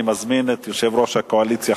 אני מזמין את יושב-ראש הקואליציה,